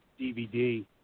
DVD